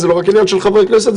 זה לא רק עניין של חברי כנסת,